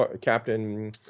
Captain